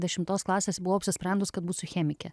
dešimtos klasės buvau apsisprendus kad būsiu chemikė